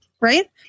right